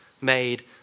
made